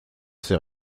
ces